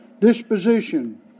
disposition